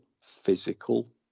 physical